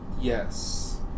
yes